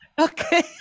okay